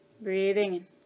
Breathing